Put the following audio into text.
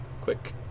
quick